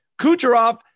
Kucherov